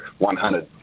100